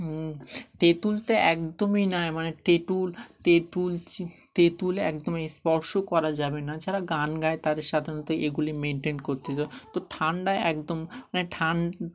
তেঁতুল ত একদমই নায় মানে তেঁতুল তেঁতুল তেঁতুল একদমই স্পর্শ করা যাবে না যারা গান গায় তাদের সাধারণত এগুলি মেনটেন করতে যা তো ঠান্ডা একদম মানে ঠান্ডা